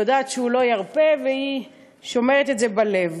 היא יודעת שהוא לא ירפה, והיא שומרת את זה בלב.